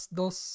dos